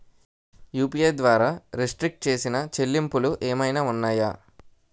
UPI ద్వారా restrict చేసిన చెల్లింపులు ఏమైనా ఉన్నాయా?